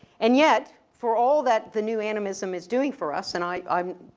and yet, for all that the new animism is doing for us, and i, i'm,